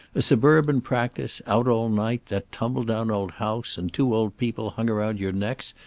a suburban practice, out all night, that tumble-down old house and two old people hung around your necks,